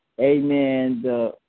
Amen